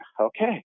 okay